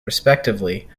respectively